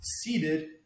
seated